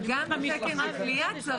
בקשה.